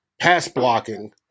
pass-blocking